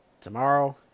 tomorrow